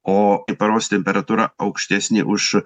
o kai paros temperatūra aukštesnė už